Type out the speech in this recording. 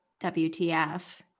WTF